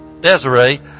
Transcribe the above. Desiree